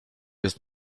jest